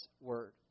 Word